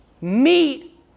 meet